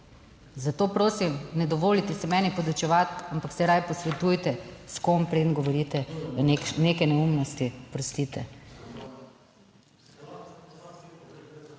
zato prosim, ne dovolite si meni podučevati, ampak se raje posvetujte s kom, preden govorite neke neumnosti. Oprostite.